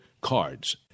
CARDS